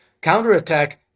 counterattack